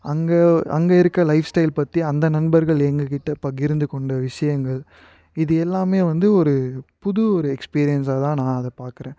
அங்கே அங்கே இருக்கிற லைஃப் ஸ்டைல் பற்றி அந்த நண்பர்கள் எங்கள்கிட்ட பகிர்ந்து கொண்ட விஷயங்கள் இது எல்லாமே வந்து ஒரு புது ஒரு எக்ஸ்பீரியன்ஸாக தான் நான் அதை பார்க்கறேன்